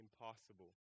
impossible